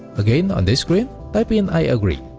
again on this screen, type in i agree